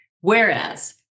Whereas